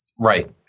Right